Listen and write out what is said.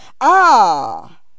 Ah